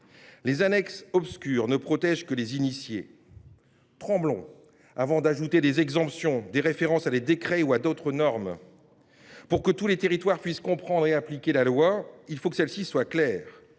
les annexes obscures ne protègent que les initiés. Tremblons avant d’ajouter des exemptions, des références à des décrets ou à d’autres normes. Pour que tous les territoires puissent comprendre et appliquer la loi, il faut que celle ci soit claire.